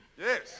Yes